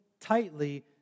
tightly